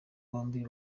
bombi